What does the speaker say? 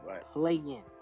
playing